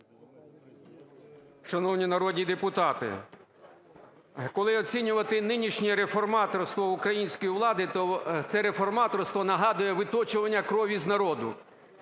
Шановні народні депутати, коли оцінювати нинішнє реформаторство української влади, то це реформаторство нагадує виточування крові із народу.